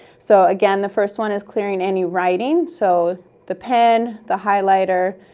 so again, the first one is clearing any writing. so the pen, the highlighter,